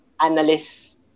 analysts